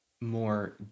More